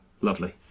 lovely